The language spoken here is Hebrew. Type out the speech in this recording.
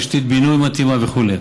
תשתית בינוי מתאימה וכו',